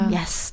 Yes